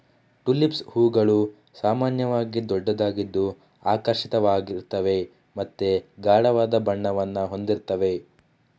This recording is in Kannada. ಟುಲಿಪ್ಸ್ ಹೂವುಗಳು ಸಾಮಾನ್ಯವಾಗಿ ದೊಡ್ಡದಾಗಿದ್ದು ಆಕರ್ಷಕವಾಗಿರ್ತವೆ ಮತ್ತೆ ಗಾಢವಾದ ಬಣ್ಣವನ್ನ ಹೊಂದಿರ್ತವೆ